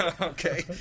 Okay